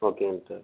ஓகேங்க டாக்டர்